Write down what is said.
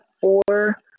four